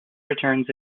returns